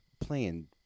playing